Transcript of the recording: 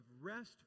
rest